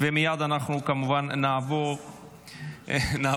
ומייד אנחנו כמובן נעבור להצבעה.